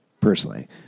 personally